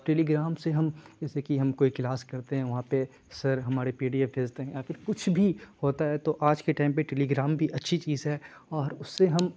ٹیلی gram سے ہم جیسے کہ ہم کوئی کلاس کرتے ہیں وہاں پہ سر ہمارے پی ڈی ایف بھیجتے ہیں یا پھر کچھ بھی ہوتا ہے تو آج کے ٹائم پہ ٹیلی گرام بھی اچھی چیز ہے اور اس سے ہم